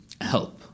help